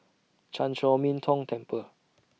Chan Chor Min Tong Temple